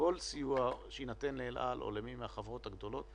כל סיוע שיינתן ל"אל על" או למי מהחברות הגדולות,